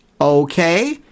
okay